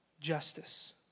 justice